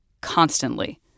constantly